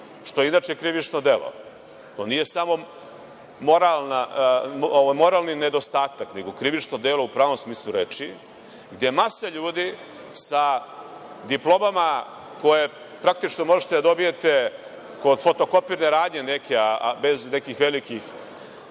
što je inače krivično delo. To nije samo moralni nedostatak, nego krivično delo u pravnom smislu reči, gde masa ljudi sa diplomama koje praktično možete da dobijete kod fotokopirne radnje bez nekih velikih